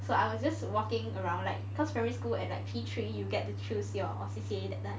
so I was just walking around like cause primary school at like P three you get to choose your C_C_A that time